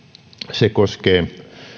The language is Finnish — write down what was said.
se koskee